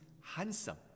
handsome